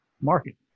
market